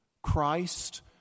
Christ